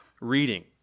reading